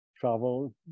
travel